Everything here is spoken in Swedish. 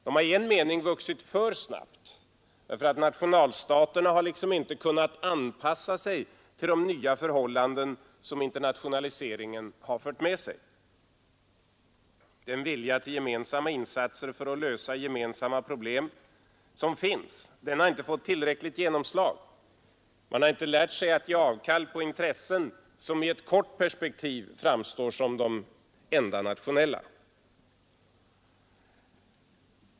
De har i en mening vuxit för snabbt, eftersom nationalstaterna inte har kunnat anpassa sig till de nya förhållanden som internationaliseringen har fört med sig. Den vilja till gemensamma insatser för att lösa gemensamma problem som finns har inte fått tillräckligt genomslag; man har inte lärt sig att ge avkall på intressen som i ett kort perspektiv framstår som de enda nationella.